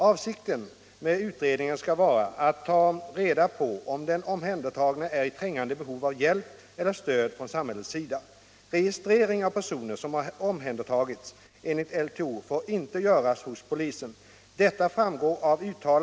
Avsikten med utredningen skall vara att ta reda på, om den omhändertagne är i trängande behov av hjälp eller stöd från samhällets sida.